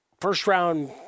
first-round